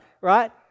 right